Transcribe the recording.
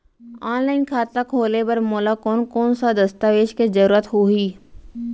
Online खाता खोले बर मोला कोन कोन स दस्तावेज के जरूरत होही?